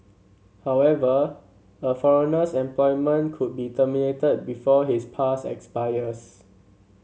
however a foreigner's employment could be terminated before his pass expires